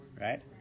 Right